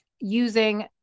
using